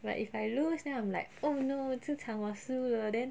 like if I lose then I'm like oh no 这场我输了 then